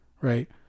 right